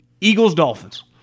Eagles-Dolphins